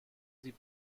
sie